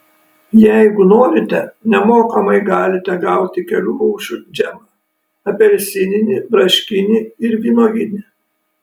jeigu norite nemokamai galite gauti kelių rūšių džemą apelsininį braškinį ir vynuoginį